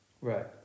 Right